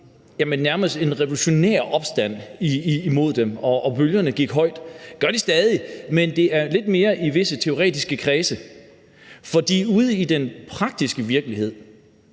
var nærmest en revolutionær opstand imod dem, og bølgerne gik højt. Det gør de stadig, men det er lidt mere i visse teoretiske kredse, for ude i den praktiske virkelighed